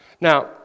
Now